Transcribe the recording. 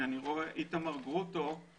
אבל ראינו שצריך תוספת כוח אדם,